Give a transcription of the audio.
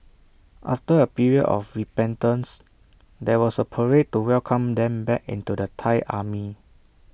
after A period of repentance there was A parade to welcome them back into the Thai army